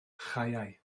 chaeau